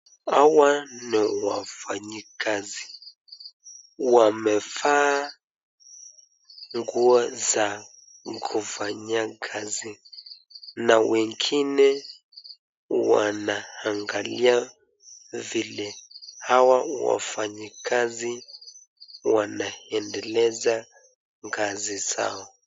Hawa ni wafanyikazi wamevaa nguo za kufanyia kazi na wengine wanaangalia vile hawa wafanyikazi wanaendeleza kazi zao.